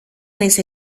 nahiz